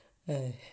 and